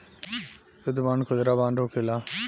युद्ध बांड खुदरा बांड होखेला